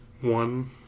One